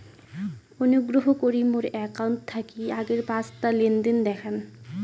অনুগ্রহ করি মোর অ্যাকাউন্ট থাকি আগের পাঁচটা লেনদেন দেখান